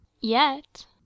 Yet